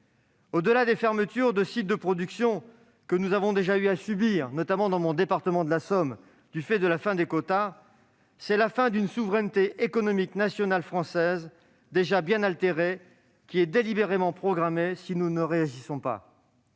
Au-delà des fermetures de sites de production que nous avons déjà eu à subir, notamment dans mon département, la Somme, en raison de l'arrêt des quotas, c'est la fin d'une souveraineté économique nationale, déjà bien altérée, qui est délibérément programmée si nous ne réagissons pas.